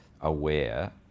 aware